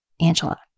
Angela